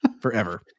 Forever